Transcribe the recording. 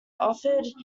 offered